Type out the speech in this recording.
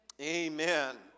Amen